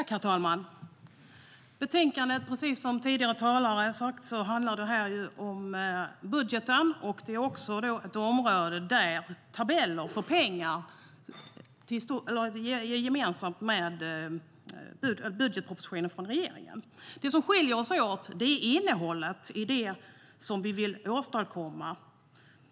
Herr talman! Som tidigare talare sagt handlar betänkandet om budgeten, och tabellerna med pengar är desamma som i regeringens budgetproposition. Det som skiljer oss åt är innehållet i det som vi vill åstadkomma.